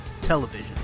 television